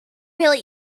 really